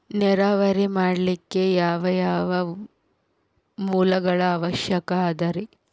ನೇರಾವರಿ ಮಾಡಲಿಕ್ಕೆ ಯಾವ್ಯಾವ ಮೂಲಗಳ ಅವಶ್ಯಕ ಅದರಿ?